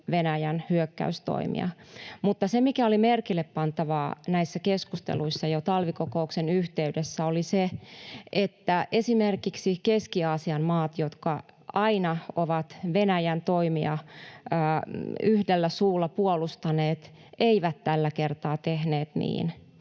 Venäjän hyökkäystoimia, mutta se, mikä oli merkille pantavaa näissä keskusteluissa jo talvikokouksen yhteydessä, oli se, että esimerkiksi Keski-Aasian maat, jotka aina ovat Venäjän toimia yhdellä suulla puolustaneet, eivät tällä kertaa tehneet niin.